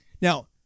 Now